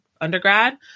undergrad